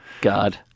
God